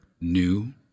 new